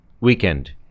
weekend